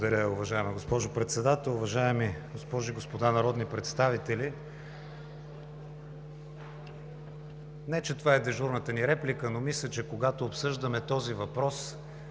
Благодаря, уважаема госпожо Председател. Уважаеми госпожи и господа народни представители! Не, че това е дежурната ни реплика, но мисля, че когато обсъждаме този въпрос,